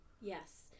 Yes